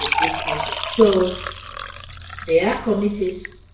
this issue. so they are committed.